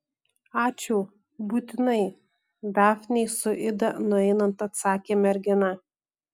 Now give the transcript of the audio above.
ačiū būtinai dafnei su ida nueinant atsakė mergina